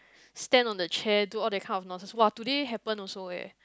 stand on the chair do all that kind of nonsense [wah] today happen also eh